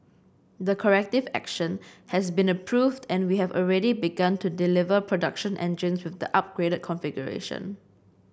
the corrective action has been approved and we have already begun to deliver production engines with the upgraded configuration